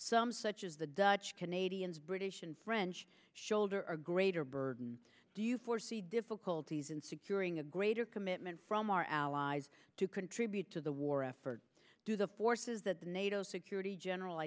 some such as the dutch canadians british and french shoulder a greater burden do you foresee difficulties in securing a greater commitment from our allies to contribute to the war effort do the forces that the nato security general